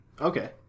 okay